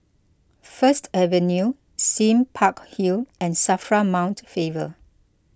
First Avenue Sime Park Hill and Safra Mount Faber